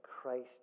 Christ